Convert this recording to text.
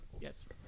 Yes